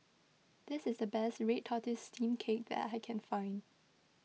this is the best Red Tortoise Steamed Cake that I can find